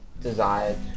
desired